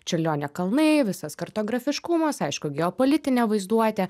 čiurlionio kalnai visas kartografiškumas aišku geopolitinė vaizduotė